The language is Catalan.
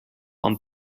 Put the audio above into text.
amb